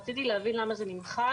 רציתי להבין למה זה נמחק.